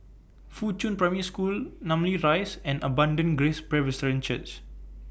Fuchun Primary School Namly Rise and Abundant Grace Presbyterian Church